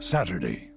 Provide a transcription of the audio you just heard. Saturday